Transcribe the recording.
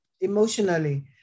emotionally